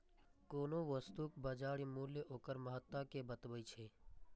कोनो वस्तुक बाजार मूल्य ओकर महत्ता कें बतबैत छै